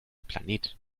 planet